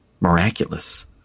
miraculous